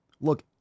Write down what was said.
Look